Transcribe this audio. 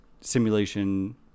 simulation